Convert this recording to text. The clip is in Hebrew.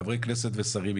חברי כנסת ושרים,